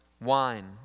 wine